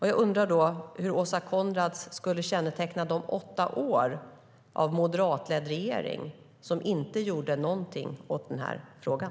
Jag undrar då hur Åsa Coenraads skulle känneteckna de åtta år av moderatledd regering då ingenting gjordes åt frågan.